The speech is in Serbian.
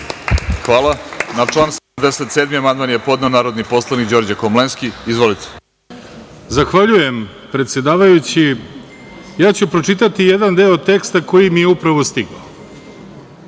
Hvala. Na član 77. amandman je podneo narodni poslanik Đorđe Komlenski. Izvolite. **Đorđe Komlenski** Zahvaljujem, predsedavajući. Ja ću pročitati jedan deo teksta koji mi je upravo stigao.